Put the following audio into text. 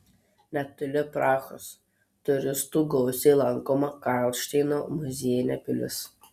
netoli prahos turistų gausiai lankoma karlšteino muziejinė pilis